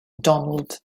donald